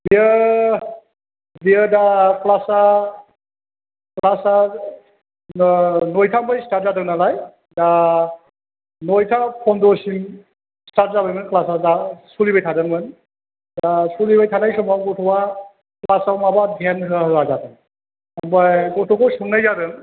बियो बियो दा क्लासआ नयटानिफ्राय स्टार्ट जादों नालाय दा नयटा पनद्र'सिम स्टार्ट जाबायमोन क्लासआ दा सोलिबाय थादोंमोन दा सोलिबाय थानाय समाव गथ'आ क्लासाव माबा ध्यान होआ होआ जादों ओमफ्राय गथ'खौ सोंनाय जादों